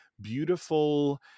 beautiful